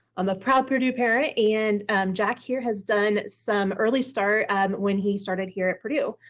um a proud purdue parent, and jack here has done some early start when he started here at purdue.